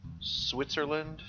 Switzerland